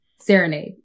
serenade